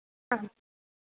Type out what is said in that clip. ആ